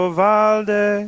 valde